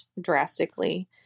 drastically